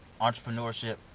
entrepreneurship